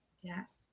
Yes